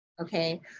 okay